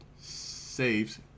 saves